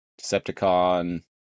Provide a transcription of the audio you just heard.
Decepticon